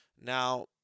Now